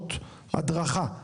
שעות הדרכה.